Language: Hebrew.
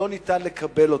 שלא ניתן לקבל אותו.